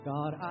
God